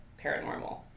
paranormal